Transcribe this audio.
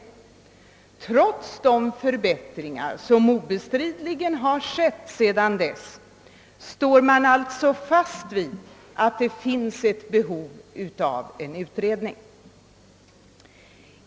Och trots de förbättringar, som obestridligen har skett sedan dess, står man alltså fast vid att det finns behov av en utredning.